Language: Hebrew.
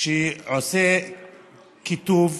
שעושה קיטוב,